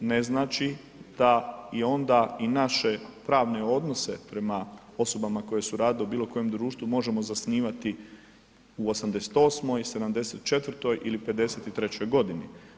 ne znači da i onda i naše pravne odnose prema osobama koje su radile u bilo kojem društvu možemo zasnivati u '88., '74. ili '53. godini.